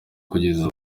kugeza